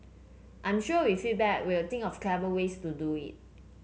I'm sure with feedback we'll think of clever ways to do it